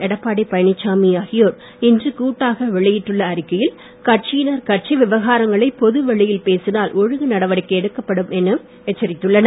எடப்பாடி பழனிச்சாமி ஆகியோர் இன்று கூட்டாக வெளியிட்டுள்ள அறிக்கையில் கட்சியினர் கட்சி விவகாரங்களை பொதுவெளியில் பேசினால் ஒழுங்கு நடவடிக்கை எடுக்கப்படும் என எச்சரித்துள்ளனர்